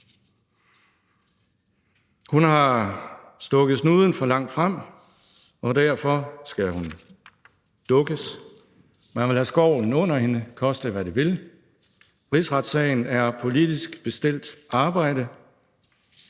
Hun har stukket snuden for langt frem, og derfor skal hun dukkes. Man vil have skovlen under hende, koste, hvad det vil. Rigsretssagen er politisk bestilt arbejde,